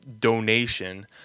donation